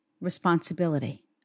responsibility